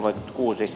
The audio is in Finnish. arvoisa puhemies